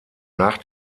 nach